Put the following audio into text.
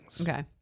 Okay